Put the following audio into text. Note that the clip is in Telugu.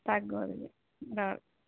తగ్గవుది రాదు